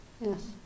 Yes